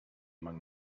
among